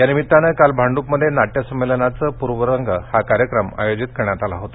यानिमित्तानं काल भांड्रपमधे नाट्य संमेलनाचे प्रर्वरंग हा कार्यक्रम आयोजित करण्यात आला होता